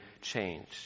change